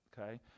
okay